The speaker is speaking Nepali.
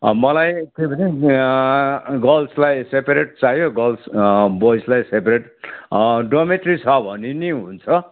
मलाई के भने गर्ल्सलाई सेपरेट चाहियो गर्ल्स बोइजलाई सेपरेट डोर्मिटोरी छ भने नि हुन्छ